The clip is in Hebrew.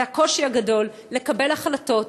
זה הקושי הגדול לקבל החלטות,